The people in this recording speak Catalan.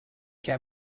què